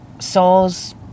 soul's